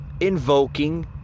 invoking